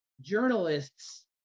journalists